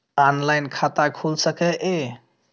Online खाता खुल सके ये?